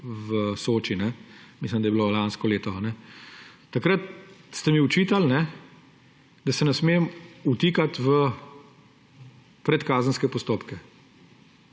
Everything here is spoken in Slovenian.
v Soči. Mislim, da je bilo lansko leto. Takrat ste mi očitali, da se ne smem vtikati v predkazenske postopke.